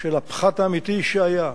של הפחת האמיתי שהיה.